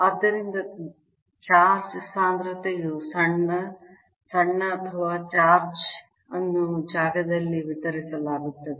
ಆದ್ದರಿಂದ ಚಾರ್ಜ್ ಸಾಂದ್ರತೆಯು ಸಣ್ಣ ಸಣ್ಣ ಅಥವಾ ಚಾರ್ಜ್ ಅನ್ನು ಜಾಗದಲ್ಲಿ ವಿತರಿಸಲಾಗುತ್ತದೆ